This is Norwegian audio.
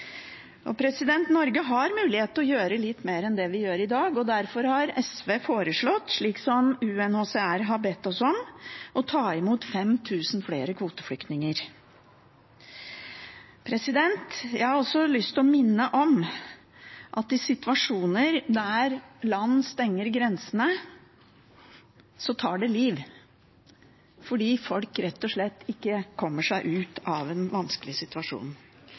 Norge har mulighet til å gjøre litt mer enn vi gjør i dag, og derfor har SV foreslått – slik UNHCR har bedt oss om – å ta imot 5 000 flere kvoteflyktninger. Jeg har også lyst til å minne om at i situasjoner der land stenger grensene, tar det liv, fordi folk rett og slett ikke kommer seg ut av en vanskelig situasjon.